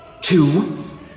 two